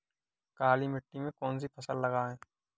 काली मिट्टी में कौन सी फसल लगाएँ?